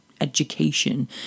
education